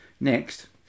Next